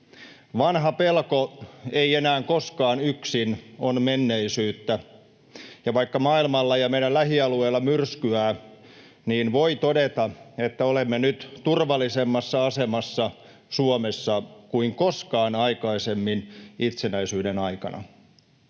Vanha pelko, ei enää koskaan yksin, on menneisyyttä, ja vaikka maailmalla ja meidän lähialueillamme myrskyää, niin voi todeta, että olemme nyt turvallisemmassa asemassa Suomessa kuin koskaan aikaisemmin itsenäisyyden aikana.